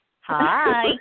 Hi